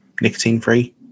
nicotine-free